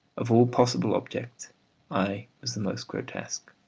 of all possible objects i was the most grotesque.